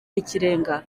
y’ikirenga